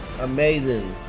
amazing